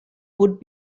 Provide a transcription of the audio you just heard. would